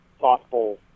thoughtful